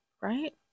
right